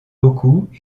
beaucoup